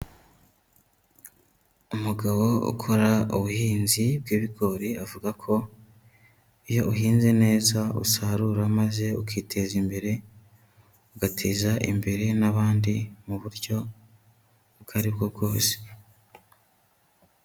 Umugabo ukora ubuhinzi bw'ibigori, avuga ko iyo uhinze neza usarura maze ukiteza imbere ugateza imbere n'abandi mu buryo ubwo aribwo bwose.